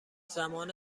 زمان